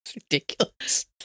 Ridiculous